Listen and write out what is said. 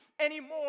anymore